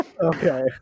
Okay